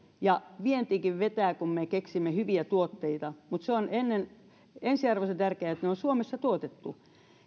ja vientikin vetää kun me keksimme hyviä tuotteita mutta se on ensiarvoisen tärkeää että ne on suomessa tuotettu